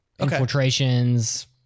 infiltrations